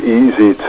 easy